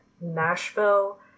Nashville